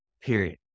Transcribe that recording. period